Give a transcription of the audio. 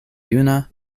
juna